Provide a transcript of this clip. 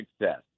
success